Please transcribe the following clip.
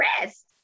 rest